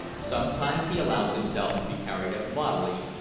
sometimes he allows himself to be carried up bodily,